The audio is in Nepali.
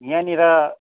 यहाँनिर